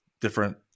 different